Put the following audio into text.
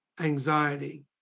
anxiety